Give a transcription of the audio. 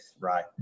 right